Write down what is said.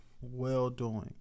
well-doing